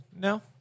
No